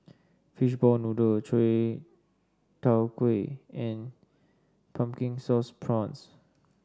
Fishball Noodle Chai Tow Kuay and Pumpkin Sauce Prawns